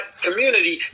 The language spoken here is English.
community